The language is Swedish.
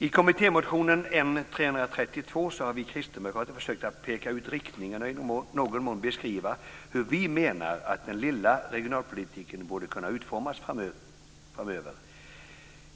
I kommittémotionen N332 har vi kristdemokrater försökt att peka ut riktningen och i någon mån beskriva hur vi menar att den lilla regionalpolitiken borde kunna utformas framöver.